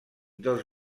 dels